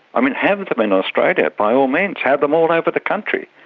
i mean, have them in australia, by all means, have them all over the country,